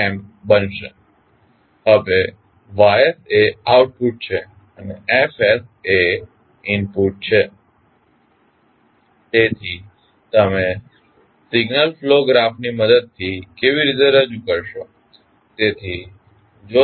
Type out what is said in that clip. તેથી તમે signal flow graph ની મદદથી કેવી રીતે રજુ કરશો